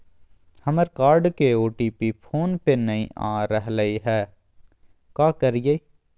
हमर कार्ड के OTP phone पे नई आ रहलई हई, का करयई?